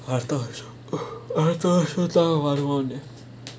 அடுத்த வருஷம் அடுத்த வருஷம் தான் வருவான்னு:adutha varusham adutha varusham thaan varuvaanu